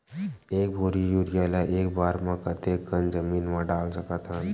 एक बोरी यूरिया ल एक बार म कते कन जमीन म डाल सकत हन?